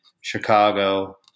Chicago